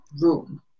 room